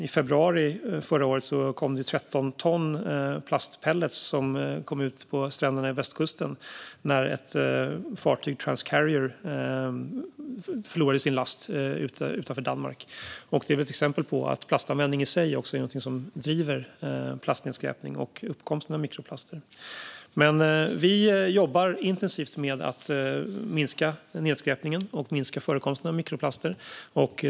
I februari förra året hamnade 13 ton plastpellets på stränderna på västkusten när fartyget Trans Carrier förlorade sin last utanför Danmark. Detta är ett exempel på att plastanvändning i sig också är något som driver platsnedskräpning och uppkomst av mikroplaster. Vi jobbar intensivt med att minska nedskräpning och förekomst av mikroplaster.